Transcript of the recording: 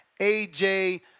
AJ